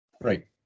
Right